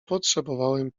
potrzebowałem